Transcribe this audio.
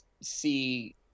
see